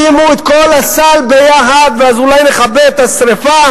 שימו את כל הסל ביחד ואז אולי נכבה את השרפה